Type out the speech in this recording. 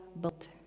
built